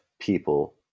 people